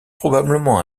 probablement